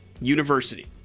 university